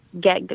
get